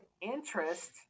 interest